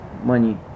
money